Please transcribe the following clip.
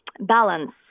balance